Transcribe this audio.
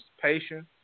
participation